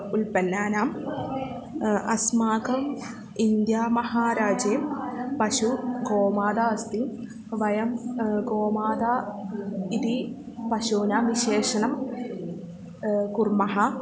अल्पानाम् अस्माकम् इन्द्या महाराजे पशुः गोमाता अस्ति वयं गोमाता इति पशूनां विशेषणं कुर्मः